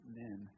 men